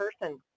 person